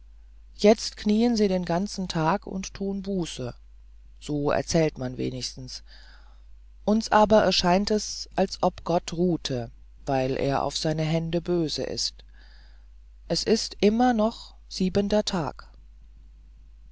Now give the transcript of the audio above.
jetzt knien sie den ganzen tag und tun buße so erzählt man wenigstens uns aber erscheint es als ob gott ruhte weil er auf seine hände böse ist es ist immer noch siebenter tag